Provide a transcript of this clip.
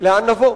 לאן נבוא?